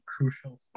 crucial